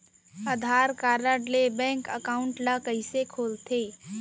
आधार card ले bank account ल कइसे खोलथे?